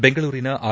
ಬೆಂಗಳೂರಿನ ಆರ್